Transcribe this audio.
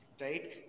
right